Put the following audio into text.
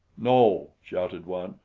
no, shouted one,